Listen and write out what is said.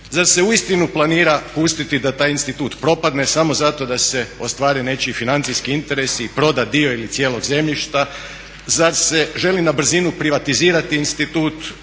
Zar se uistinu planira pustiti da taj institut propadne samo zato da se ostvare nečiji financijski interesi, proda dio ili cijelog zemljišta? Zar se želi na brzinu privatizirati institut